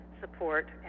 support